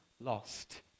lost